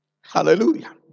Hallelujah